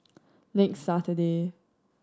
next Saturday